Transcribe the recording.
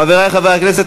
חברי חברי הכנסת,